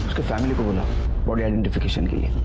family but and for identification.